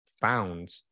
found